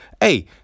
hey